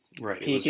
right